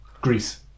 Greece